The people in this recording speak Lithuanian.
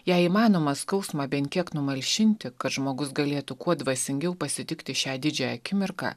jei įmanoma skausmą bent kiek numalšinti kad žmogus galėtų kuo dvasingiau pasitikti šią didžią akimirką